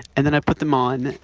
and then i put them on,